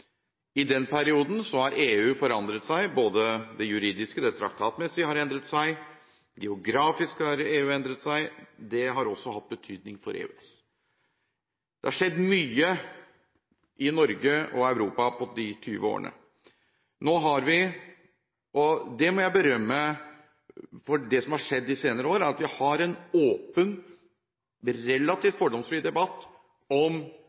I den perioden har EU forandret seg. Det juridiske – det traktatmessige – har endret seg, og geografisk har EU endret seg. Det har også hatt betydning for EØS. Det har skjedd mye i Norge og i Europa på de 20 årene. Nå har vi – og jeg må berømme det som har skjedd de senere år – en åpen og relativt fordomsfri debatt om